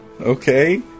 Okay